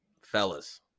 fellas